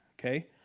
okay